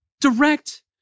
Direct